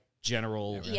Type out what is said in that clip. General